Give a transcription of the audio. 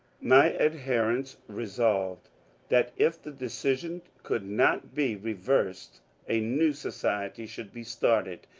my adherents resolved that if the decision could not be re versed a new society should be started,